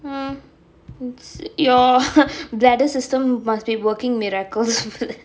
mmhmm your bladder system must be working miracles for that